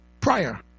prior